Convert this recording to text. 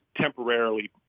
temporarily